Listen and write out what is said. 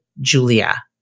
Julia